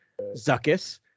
Zuckus